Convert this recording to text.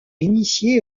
initié